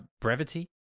brevity